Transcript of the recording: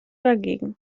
dagegen